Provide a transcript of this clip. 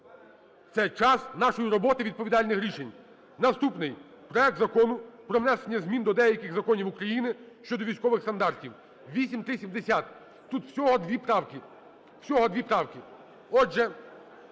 Це час нашої роботи, відповідальних рішень. Наступний: проект Закону про внесення змін до деяких законів України щодо військових стандартів (8370). Тут всього дві правки,